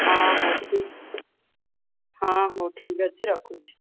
ହଁ ହଉ ଠିକ୍ ଅଛି ହଁ ହଉ ଠିକ୍ ଅଛି ରଖୁଛି